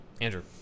andrew